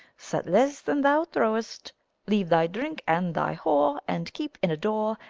set less than thou throwest leave thy drink and thy whore, and keep in-a-door,